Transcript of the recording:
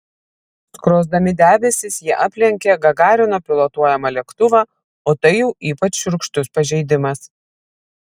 skrosdami debesis jie aplenkė gagarino pilotuojamą lėktuvą o tai jau ypač šiurkštus pažeidimas